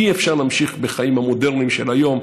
אי-אפשר להמשיך בחיים המודרניים של היום.